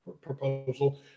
proposal